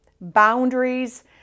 boundaries